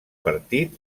partit